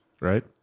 Right